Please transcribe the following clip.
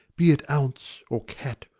be it ounce, or cat,